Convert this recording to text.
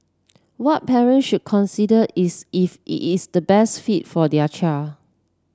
what parent should consider is if is the best fit for their child